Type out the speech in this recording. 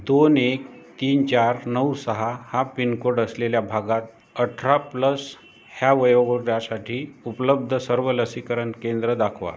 दोन एक तीन चार नऊ सहा हा पिनकोड असलेल्या भागात अठरा प्लस ह्या वयोगटासाठी उपलब्ध सर्व लसीकरण केंद्र दाखवा